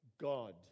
God